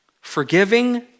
forgiving